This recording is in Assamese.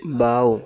বাওঁ